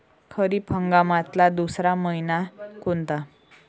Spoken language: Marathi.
खरीप हंगामातला दुसरा मइना कोनता?